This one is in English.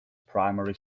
primary